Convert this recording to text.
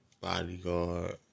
bodyguard